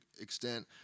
extent